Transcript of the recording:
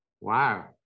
Wow